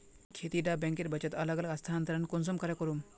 खेती डा बैंकेर बचत अलग अलग स्थानंतरण कुंसम करे करूम?